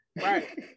Right